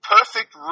Perfect